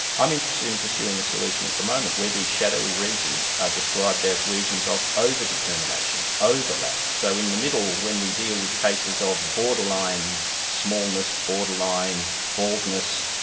i'm interested in pursuing a solution at the moment, where these shadowy regions are described as regions of over-determination, overlap. so in the middle, when we deal with cases of borderline smallness, borderline baldness,